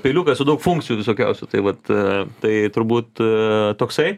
peiliukas su daug funkcijų visokiausių tai vat tai turbūt toksai